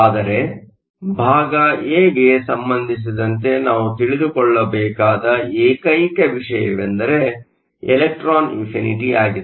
ಆದರೆ ಭಾಗ ಎ ಗೆ ಸಂಬಂಧಿಸಿದಂತೆ ನಾವು ತಿಳಿದುಕೊಳ್ಳಬೇಕಾದ ಏಕೈಕ ವಿಷಯವೆಂದರೆ ಇಲೆಕ್ಟ್ರಾನ್ ಅಫಿನಿಟಿಯಾಗಿದೆ